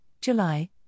July